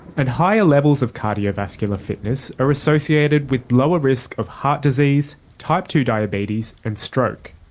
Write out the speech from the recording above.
and higher levels of cardiovascular fitness are associated with lower risk of heart disease, type two diabetes and stroke.